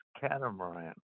catamaran